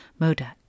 modak